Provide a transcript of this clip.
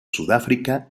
sudáfrica